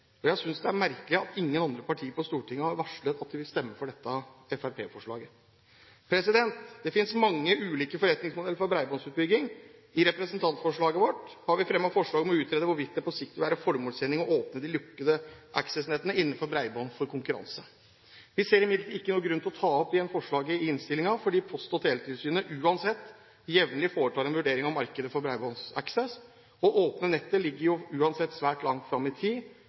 Jeg synes det er merkelig at ingen andre partier på Stortinget har varslet at de vil stemme for dette fremskrittspartiforslaget. Det finnes mange ulike forretningsmodeller for bredbåndsutbygging. I representantforslaget vårt har vi fremmet forslag om å utrede hvorvidt det på sikt vil være formålstjenlig å åpne de lukkede aksessnettene innenfor bredbånd for konkurranse. Vi ser imidlertid ikke noen grunn til å ta opp igjen forslaget i innstillingen, fordi Post- og teletilsynet uansett jevnlig foretar en vurdering av markedene for bredbåndsaksess. Å åpne nettene ligger jo uansett svært langt fram i tid,